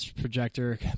projector